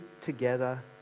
together